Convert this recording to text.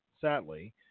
sadly